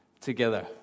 together